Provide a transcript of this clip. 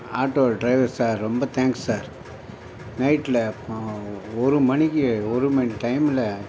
auto driver sir ரொம்ப thanks sir நைட்டில் ஒரு மணிக்கு ஒரு மணி டைமில்